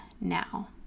now